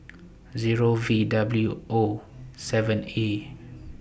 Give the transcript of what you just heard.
Zero V W O seven A